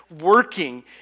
working